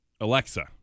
Alexa